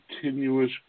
continuous